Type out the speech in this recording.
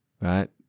right